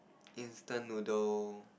instant noodle